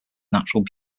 natural